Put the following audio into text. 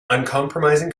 uncompromising